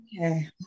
okay